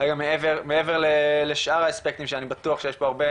מעבר לשאר האספקטים, שאני בטוח שיש פה הרבה